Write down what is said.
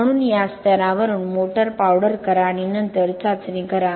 म्हणून या स्तरावरून मोटर पावडर करा आणि नंतर चाचणी करा